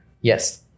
Yes